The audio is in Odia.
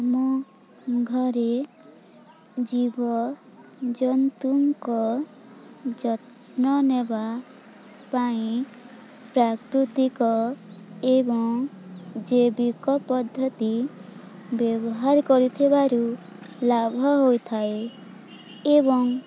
ମୋ ଘରେ ଜୀବଜନ୍ତୁଙ୍କ ଯତ୍ନ ନେବା ପାଇଁ ପ୍ରାକୃତିକ ଏବଂ ଜୈବିକ ପଦ୍ଧତି ବ୍ୟବହାର କରିଥିବାରୁ ଲାଭ ହୋଇଥାଏ ଏବଂ